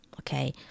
Okay